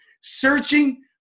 searching